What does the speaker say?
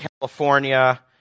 California